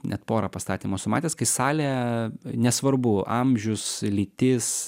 net porą pastatymus matęs kai salė nesvarbu amžius lytis